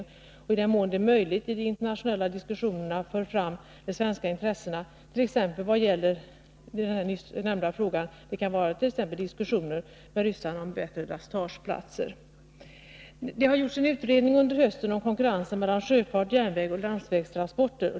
Jag hoppas också att han i den mån det är möjligt i de internationella diskussionerna för fram de svenska intressena beträffande exempelvis den nyss nämnda frågan. Det kant.ex. gälla överläggningar med ryssarna om bättre lastageplatser. Det har under hösten gjorts en utredning om konkurrensen mellan sjöfart, järnväg och landsvägstransporter.